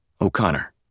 O'Connor